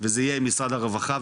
זה יהיה עם משרד הרווחה,